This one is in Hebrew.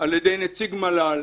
על ידי נציג מל"ל,